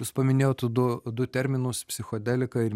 jūs paminėjot du du terminus psichodelika ir